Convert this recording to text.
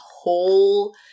whole